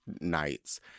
nights